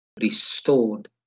restored